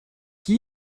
que